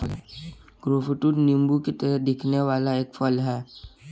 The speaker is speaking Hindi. ग्रेपफ्रूट नींबू की तरह दिखने वाला एक फल है